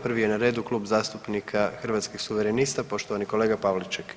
Prvi je na redu Klub zastupnika Hrvatskih suverenista poštovani kolega Pavliček.